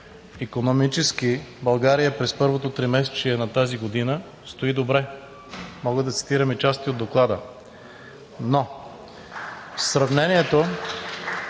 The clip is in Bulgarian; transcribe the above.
икономически България през първото тримесечие на тази година стои добре. Мога да цитирам и части от доклада. (Единични